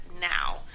now